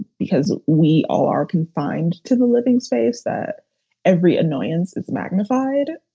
because we all are confined to the living space, that every annoyance is magnified.